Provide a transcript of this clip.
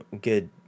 good